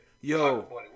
Yo